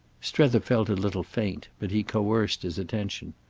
strether felt a little faint, but he coerced his attention.